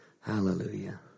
Hallelujah